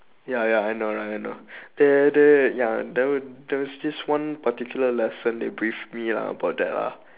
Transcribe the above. ya ya I know I know there there ya there there's this one particular lesson they brief me about that ah